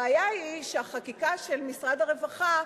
הבעיה היא שהחקיקה של משרד הרווחה,